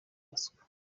abaswa